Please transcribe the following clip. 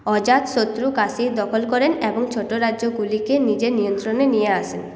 অজাতশত্রু কাশী দখল করেন এবং ছোট রাজ্যগুলিকে নিজের নিয়ন্ত্রণে নিয়ে আসেন